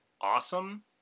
awesome